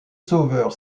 sauveur